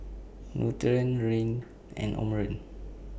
Nutren Rene and Omron